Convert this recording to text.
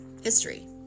history